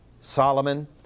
Solomon